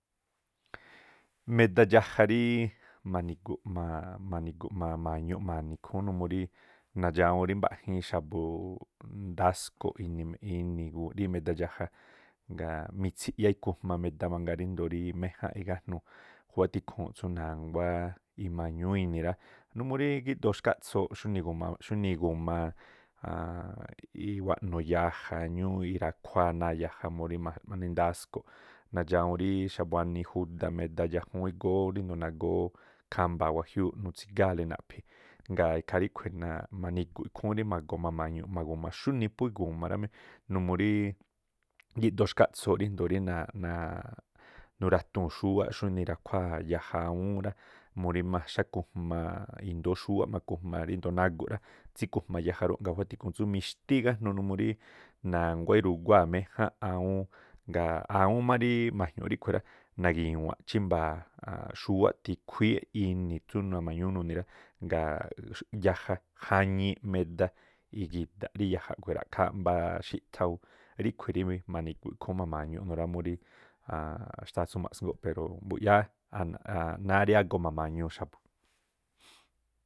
Meda dxaꞌja rí ma̱ni̱gu̱ ma̱ma̱ñuꞌ ma̱ni̱ ikhúún numuu ríí nadxawuun rí mbaꞌjiin xa̱bu̱ ndas̱ko̱ ini̱ rí meda dxaꞌja, ngaa̱ mitsiꞌyá ikujma meda mangaa ríndo̱o rí méjánꞌ igájnuu. Kkhúwá tikhuu tsú na̱nguá ima̱ñúú ini̱ rá, numuu rí gíꞌdoo xkáꞌtso̱o̱ꞌ xunii igu̱m, xunii igu̱ma rí waꞌnu yaja ñúúꞌ irakhuáa̱ náa̱ yaja murí maꞌni ndasko̱, na̱dxawuu rí xa̱buanii juda meda yajúún igóó ríndo̱o nagóó khambaa̱ wajiúúꞌ nutsigáa̱le naꞌpni. Ngaa̱ ikhaa ríꞌkhui̱ mani̱gu̱ ikhúún rí ma̱goꞌ mama̱ñuꞌ maguma xúnii phú igu̱ma rá mí, numuu rí gíꞌdoo xkáꞌtso̱o̱ xunii ira̱tuu̱n xúwáꞌ xúnii ira̱khuáa̱ yaja awúún rá, murí maxakujma i̱ndóó xúwáꞌ makujma ríndo̱o naguꞌ rá tsíkujma yaja rúꞌ, ngaa̱ khúwá tikhuun tsú mixtí igájnuu numuu rí na̱nguá iruguáa̱ méjánꞌ awúún, ngaa̱ awúún má rí ma̱jñu̱u̱ꞌ ríꞌkhui̱ rá, nagi̱wa̱nꞌ chímba̱a̱ xúwáꞌ tikhuíí ini̱ tsú nama̱ñúú nuni̱ rá, ngaa̱ yaja jañiiꞌ meda igi̱da̱ꞌ rí yaja aꞌkhui̱ ra̱ꞌkháá mbá xíthá ú. Ríꞌkhui̱ rí mani̱guꞌ ikhúún rí ma̱ma̱ñu nuu̱ rá murí xtáa̱ tsú maꞌsngóꞌ pero mbu̱yáá náá rí ágoo mama̱ñuu xa̱bu̱.